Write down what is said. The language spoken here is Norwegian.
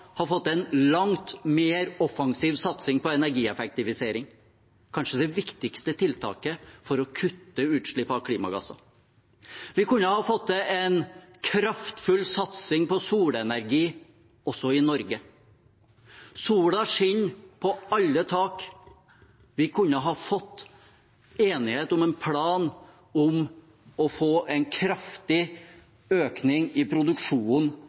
fått en langt mer offensiv satsing på energieffektivisering – kanskje det viktigste tiltaket for å kutte utslipp av klimagasser. Vi kunne ha fått til en kraftfull satsing på solenergi også i Norge. Sola skinner på alle tak. Vi kunne ha fått enighet om en plan om å få en kraftig økning i produksjonen